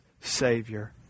savior